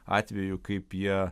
atvejų kaip jie